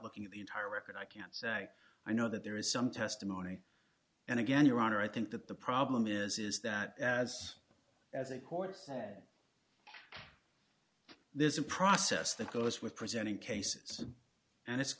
looking at the entire record i can't say i know that there is some testimony and again your honor i think that the problem is is that as i think courts that there's a process that goes with presenting cases and it's